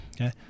okay